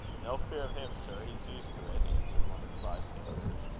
no fear of him, sir he's used to it, answered one of the bystanders,